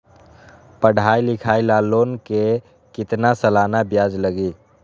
पढाई लिखाई ला लोन के कितना सालाना ब्याज लगी?